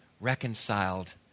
reconciled